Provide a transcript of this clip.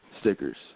stickers